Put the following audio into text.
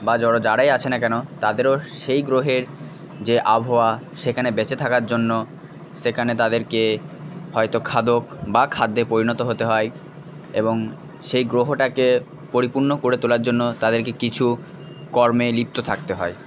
বা জড় যারাই আছে না কেন তাদেরও সেই গ্রহের যে আবহাওয়া সেখানে বেঁচে থাকার জন্য সেকানে তাদেরকে হয়তো খাদক বা খাদ্যে পরিণত হতে হয় এবং সেই গ্রহটাকে পরিপূর্ণ করে তোলার জন্য তাদেরকে কিছু কর্মে লিপ্ত থাকতে হয়